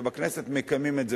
ובכנסת מקיימים את זה,